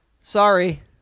Sorry